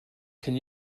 can